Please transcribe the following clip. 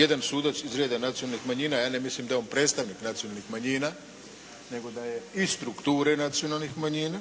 jedan sudac iz reda nacionalnih manjina, ja ne mislim da je on predstavnik nacionalnih manjina, nego da je iz strukture nacionalnih manjina.